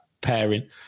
pairing